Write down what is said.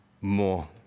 more